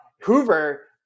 hoover